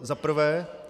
Za prvé.